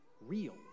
real